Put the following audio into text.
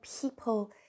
people